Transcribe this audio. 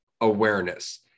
awareness